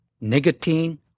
nicotine